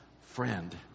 friend